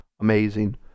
amazing